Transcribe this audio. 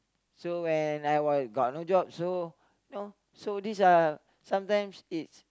so when I was got no job so know so this are sometime it's